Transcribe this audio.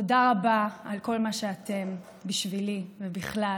תודה על כל מה שאתם בשבילי, ובכלל.